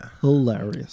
hilarious